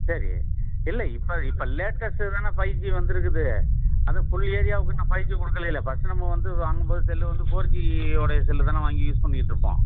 சரி இல்லை இப்போ இப்போ லேட்டஸ்ட்டு தானே ஃபைவ் ஜி வந்திருக்குது அதுவும் ஃபுல் ஏரியாவுக்கு இன்னும் ஃபைவ் ஜி கொடுக்கலேல்ல ஃப்ஸ்ட்டு நம்ம வந்து வாங்கும் போது செல்லு வந்து ஃபோர் ஜியோயுடைய செல்லு தானே வாங்கி யூஸ் பண்ணிகிட்ருப்போம்